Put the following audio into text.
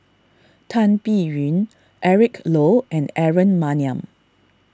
Tan Biyun Eric Low and Aaron Maniam